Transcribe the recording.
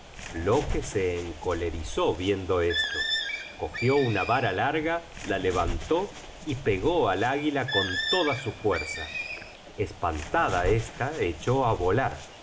buey loke se encolerizó viendo esto cogió una vara larga la levantó y pegó al águila con toda su fuerza espantada esta echó á volar